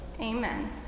Amen